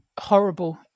horrible